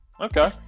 Okay